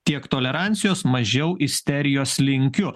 tiek tolerancijos mažiau isterijos linkiu